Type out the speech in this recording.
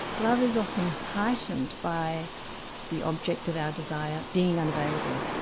love is often heightened by the object of our desire being unavailable,